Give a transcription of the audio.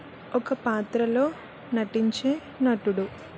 ఒక పాత్రలో నటించే నటుడు